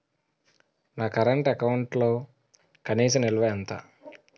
నా కరెంట్ అకౌంట్లో కనీస నిల్వ ఎంత?